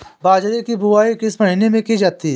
बाजरे की बुवाई किस महीने में की जाती है?